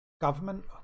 Government